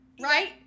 Right